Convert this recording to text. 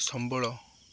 ସମ୍ବଳ